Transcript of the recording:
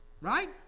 right